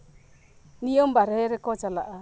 ᱱᱤᱭᱚᱢ ᱵᱟᱨᱦᱮ ᱨᱮᱠᱚ ᱪᱟᱞᱟᱜᱼᱟ